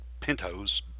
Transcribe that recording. Pintos